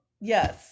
yes